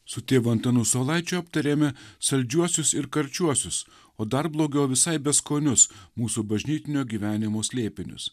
su tėvu antanu saulaičiu aptarėme saldžiuosius ir karčiuosius o dar blogiau visai beskonius mūsų bažnytinio gyvenimo slėpinius